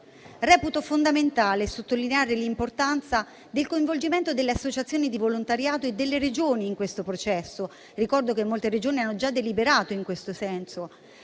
Reputo fondamentale sottolineare l'importanza del coinvolgimento delle associazioni di volontariato e delle Regioni in questo processo (molte delle quali, lo ricordo, hanno già deliberato in tal senso).